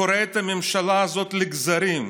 קורע את הממשלה הזאת לגזרים,